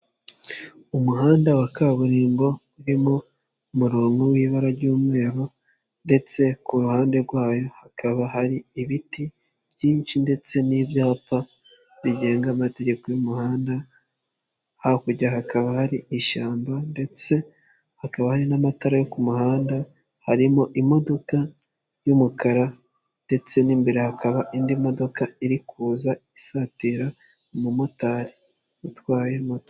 Umuhanda wa kaburimbo urimo umurongo w'ibara ry'umweru ndetse ku ruhande rwayo hakaba hari ibiti byinshi ndetse n'ibyapa bigenga amategeko y'umuhanda, hakurya hakaba hari ishyamba ndetse hakaba hari n'amatara yo ku muhanda, harimo imodoka y'umukara ndetse n'imbere hakaba indi modoka iri kuza isatira umumotari utwaye moto.